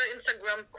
Instagram